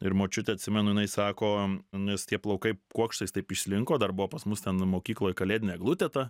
ir močiutė atsimenu jinai sako nes tie plaukai kuokštais taip išslinko dar buvo pas mus ten mokykloj kalėdinė eglutė ta